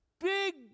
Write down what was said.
big